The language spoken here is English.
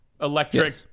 electric